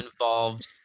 involved